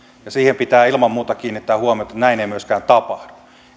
ja siihen pitää ilman muuta kiinnittää huomiota että näin ei myöskään tapahdu